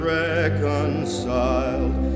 reconciled